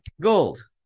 Gold